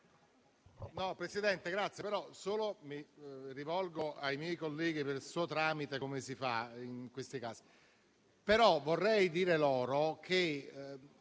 Presidente, mi rivolgo ai miei colleghi per il suo tramite, come si fa in questi casi,